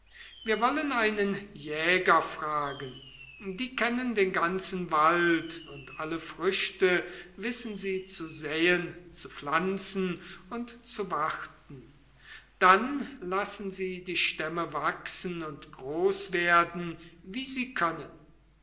wir wollen den jäger fragen die kennen den ganzen wald und alle früchte wissen zu säen zu pflanzen und zu warten dann lassen sie die stämme wachsen und groß werden wie sie können